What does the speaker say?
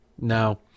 no